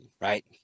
right